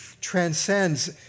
transcends